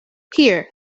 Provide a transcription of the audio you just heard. here